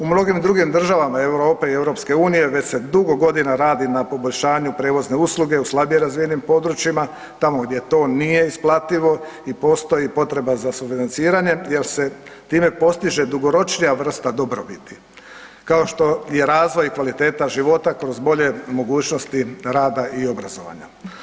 U mnogim drugim državama Europe i EU već se dugo godina radi na poboljšanju prevozne usluge u slabije razvijenim područjima, tamo gdje to nije isplativo i postoji potreba za sufinanciranjem jel se time postiže dugoročnija vrsta dobrobiti, kao što je razvoj i kvaliteta života kroz bolje mogućnosti rada i obrazovanja.